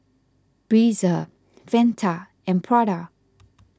Breezer Fanta and Prada